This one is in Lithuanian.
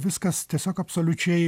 viskas tiesiog absoliučiai